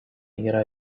yra